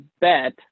bet